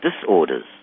disorders